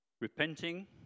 Repenting